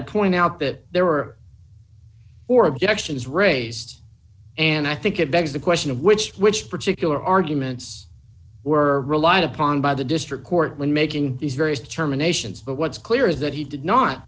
point out that there were or objections raised and i think it begs the question of which which particular arguments were relied upon by the district court when making these various determinations but what's clear is that he did not